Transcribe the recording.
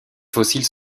fossiles